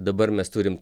dabar mes turim